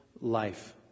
life